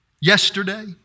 yesterday